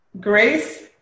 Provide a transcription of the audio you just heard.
Grace